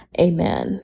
Amen